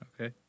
Okay